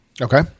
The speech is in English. Okay